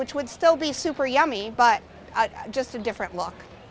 which would still be super yummy but just a different